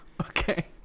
Okay